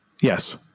Yes